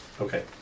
Okay